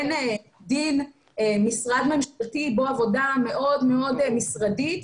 אין דין משרד ממשלתי בו עבודה מאוד מאוד משרדית,